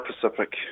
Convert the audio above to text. Pacific